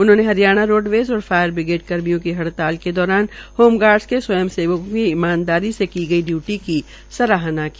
उन्होंने हरियाणा रोडवेज और fire brigade कर्मियों की हड़ताल के दौरान होमगार्डस के स्वयं सेवकों की ईमानदारी से की गई डयूटी की सराहना की